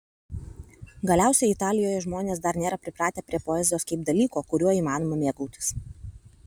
galiausiai italijoje žmonės dar nėra pripratę prie poezijos kaip dalyko kuriuo įmanoma mėgautis